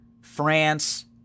France